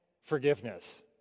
forgiveness